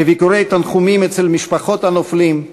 בביקורי תנחומים אצל משפחות הנופלים,